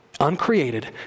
uncreated